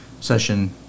session